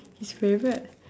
his favourite